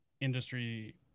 industry